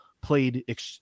played